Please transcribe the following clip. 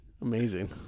Amazing